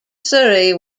surrey